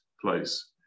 place